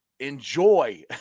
enjoy